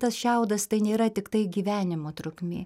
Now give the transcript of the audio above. tai tas šiaudas tai nėra tiktai gyvenimo trukmė